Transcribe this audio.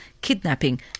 kidnapping